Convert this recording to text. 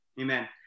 Amen